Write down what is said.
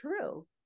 true